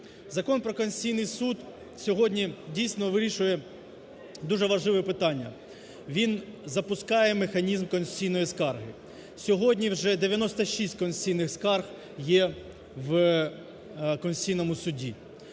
Закон про Конституційний Суд сьогодні дійсно вирішує дуже важливе питання. Він запускає механізм конституційної скарги. Сьогодні вже 96 конституційних скарг є в Конституційному Суді.